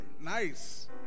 Nice